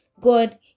God